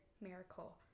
miracle